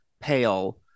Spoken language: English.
pale